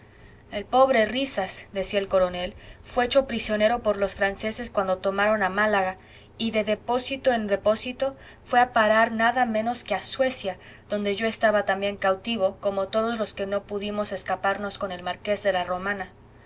el pobre risas decía el coronel fué hecho prisionero por los franceses cuando tomaron a málaga y de depósito en depósito fué a parar nada menos que a suecia donde yo estaba también cautivo como todos los que no pudimos escaparnos con el marqués de la romana